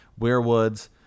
weirwoods